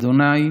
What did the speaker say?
ה'